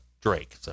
Drake